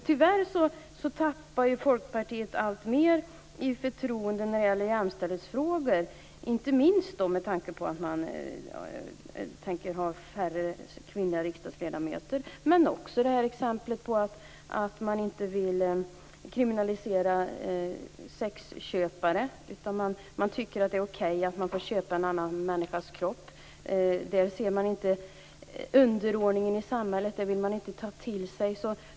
Tyvärr tappar Folkpartiet alltmer i förtroende när det gäller jämställdhetsfrågor, inte minst med tanke på att man tänker ha färre kvinnliga riksdagsledamöter men också exemplet att man inte vill kriminalisera sexköpare utan tycker att det är okej att få köpa en annan människas kropp. Den underordningen i samhället vill man inte ta till sig.